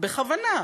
בכוונה,